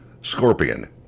Scorpion